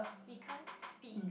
we can't speak